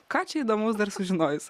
ką čia įdomaus dar sužinojus